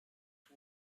two